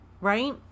Right